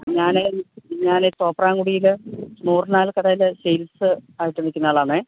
ഞാനെ ഞാനെ തോപ്രാംകുടിയിലെ നൂർനാഗ് കടയിലെ സെയ്ൽസ് ആയിട്ട് നിൽക്കുന്നയാളാണേ